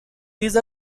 these